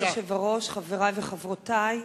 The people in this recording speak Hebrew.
כבוד היושב-ראש, חברי וחברותי,